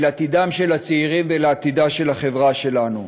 אל עתידם של הצעירים ואל עתידה של החברה שלנו.